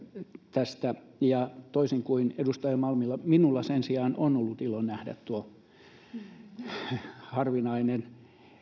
tästä ja toisin kuin edustaja malmilla minulla sen sijaan on ollut ilo nähdä tuo harvinainen